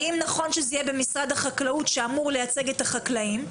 האם נכון שזה יהיה במשרד החקלאות שאמור לייצג את החקלאים,